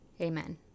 Amen